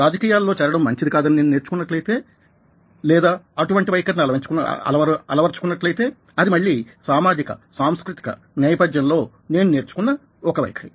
రాజకీయాలలో చేరడం మంచిది కాదని నేను నేర్చుకున్నట్లయితే లేదా అటువంటి వైఖరిని అలవరచుకున్నట్లయితే అది మళ్ళీ సామాజిక సాంస్కృతిక నేపధ్యంలో నేను నేర్చుకున్న ఒక వైఖరి